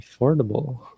Affordable